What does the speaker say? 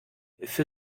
für